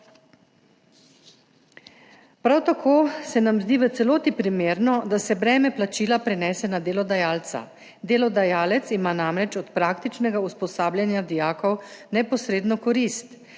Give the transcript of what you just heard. Prav tako se nam zdi v celoti primerno, da se breme plačila prenese na delodajalca. Delodajalec ima namreč od praktičnega usposabljanja dijakov neposredno korist.